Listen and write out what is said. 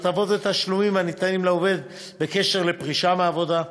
(6) הטבות ותשלומים הניתנים לעובד בקשר לפרישה מעבודה".